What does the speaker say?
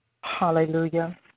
Hallelujah